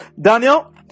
Daniel